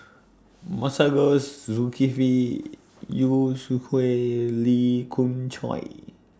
Masagos Zulkifli Yu Lee Khoon Choy